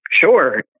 Sure